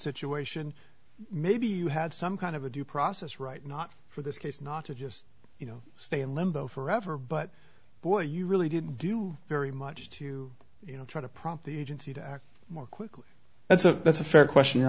situation maybe you had some kind of a due process right not for this case not to just you know stay in limbo forever but boy you really didn't do very much to you know try to prompt the agency to act more quickly that's a that's a fair question you